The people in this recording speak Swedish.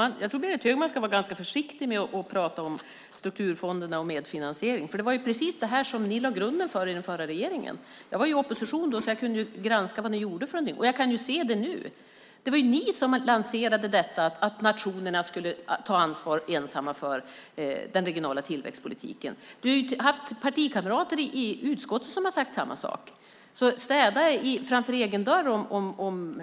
Herr talman! Berit Högman ska nog vara försiktig med att prata om strukturfonderna och medfinansiering. Det var ju just det här som ni lade grunden för i den förra regeringen. Jag var i opposition då så jag kunde granska vad ni gjorde. Jag kan se det nu. Det var ni som lanserade att nationerna ensamma skulle ta ansvar för den regionala tillväxtpolitiken. Du har haft partikamrater i utskottet som har sagt samma sak. Städa framför egen dörr om